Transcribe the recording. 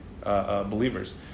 believers